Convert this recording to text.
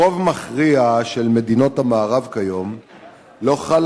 ברוב המכריע של מדינות המערב כיום לא חלה